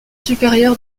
supérieur